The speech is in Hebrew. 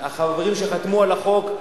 החברים שחתמו על החוק,